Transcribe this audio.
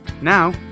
now